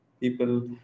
people